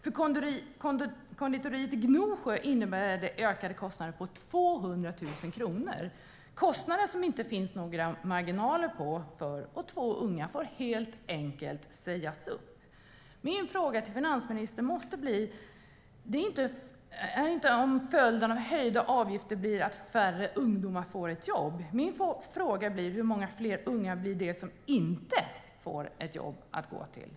För konditoriet i Gnosjö innebär det ökade kostnader med 200 000 kronor - kostnader som det inte finns några marginaler för, så två unga får helt enkelt sägas upp. Min fråga till finansministern handlar inte om följden av höjda avgifter blir att färre ungdomar får ett jobb, utan min fråga är: Hur många fler unga blir det som inte får ett jobb att gå till?